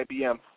IBM